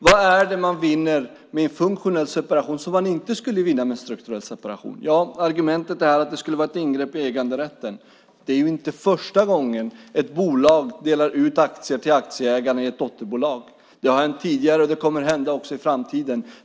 Vad är det man vinner med en funktionell separation som man inte skulle vinna med en strukturell separation? Argumentet är att det skulle vara ett ingrepp i äganderätten. Det är ju inte första gången ett bolag delar ut aktier till aktieägarna i ett dotterbolag. Det har hänt tidigare. Det kommer att hända också i framtiden.